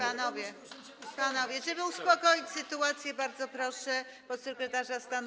Panowie, żeby uspokoić sytuację, bardzo proszę podsekretarza stanu.